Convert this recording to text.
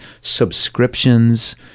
subscriptions